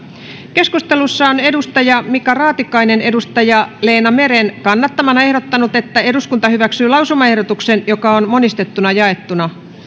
keskustelussa on mika raatikainen leena meren kannattamana ehdottanut että eduskunta hyväksyy lausumaehdotuksen joka on monistettuna jaettu